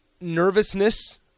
nervousness